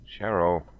Cheryl